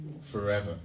forever